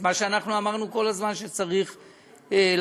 את מה שאנחנו אמרנו כל הזמן שצריך לעשות,